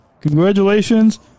congratulations